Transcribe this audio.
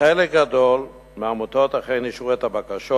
לחלק גדול מהעמותות אכן אישרו את הבקשות,